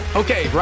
okay